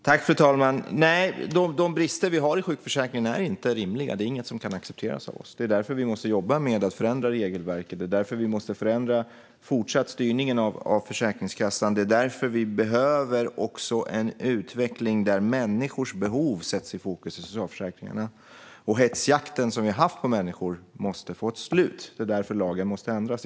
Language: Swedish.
Fru talman! Nej, de brister vi har i sjukförsäkringen är inte rimliga och kan inte accepteras av oss. Det är därför vi måste jobba med att förändra regelverket. Det är därför vi fortsatt måste förändra styrningen av Försäkringskassan. Det är därför vi behöver en utveckling där människors behov sätts i fokus i socialförsäkringarna. Och hetsjakten som vi har haft på människor måste få ett slut. Det är därför lagen måste ändras.